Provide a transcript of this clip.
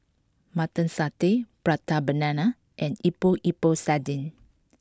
Mutton Satay Prata Banana and Epok Epok Sardin